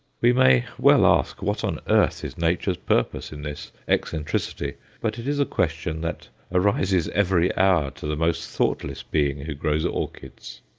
we may well ask what on earth is nature's purpose in this eccentricity but it is a question that arises every hour to the most thoughtless being who grows orchids.